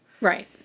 Right